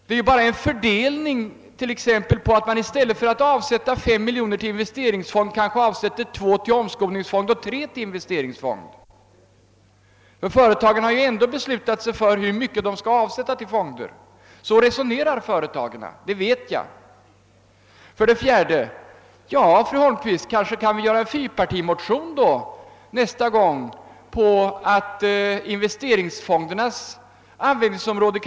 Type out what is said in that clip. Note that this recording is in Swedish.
Det är bara fråga om en omfördelning. I stället för att avsätta 5 miljoner kronor till en investeringsfond kanske man avsätter 2 till en omskolningsfond och 3 till en investeringsfond. Företagen har ju ändå beslutat sig för hur mycket de skall avsätta till fonder. Så resonerar man inom företagen, jag vet det. För det fjärde, fru Holmqvist, kan vi kanske nästa gång skriva oss samman i en fyrpartimotion om en utvidgning av investeringsfondernas användningsområde.